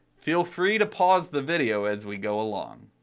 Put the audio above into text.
feel free to pause the video as we go along.